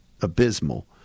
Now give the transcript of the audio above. abysmal